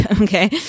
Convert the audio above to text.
okay